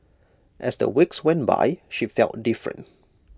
as the weeks went by she felt different